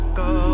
go